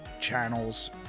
channels